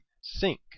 sink